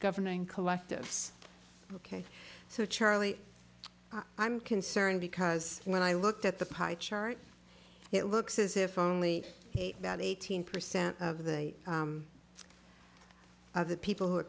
governing collectives ok so charlie i'm concerned because when i looked at the pie chart it looks as if only about eighteen percent of the eight of the people who are